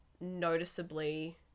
noticeably